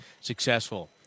successful